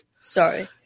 Sorry